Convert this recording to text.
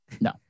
no